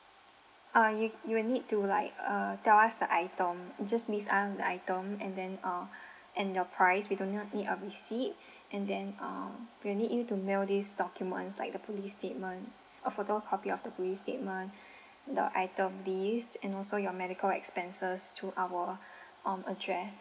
uh you you need to like uh tell us the item just list out item and then uh and your price we do not need a receipt and then uh we need you to mail these documents like the police statement a photocopy of the police statement the item list and also your medical expenses to our um address